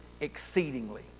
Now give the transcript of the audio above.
exceedingly